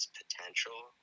potential